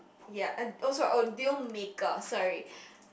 ya and also on the deal maker sorry